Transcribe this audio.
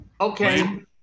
Okay